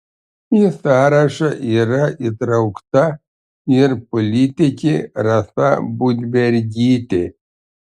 į sąrašą yra įtraukta ir politikė rasa budbergytė